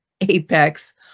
apex